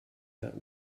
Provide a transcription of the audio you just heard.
that